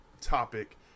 topic